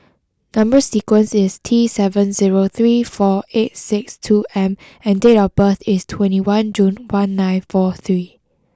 number sequence is T seven zero three four eight six two M and date of birth is twenty one June one nine four three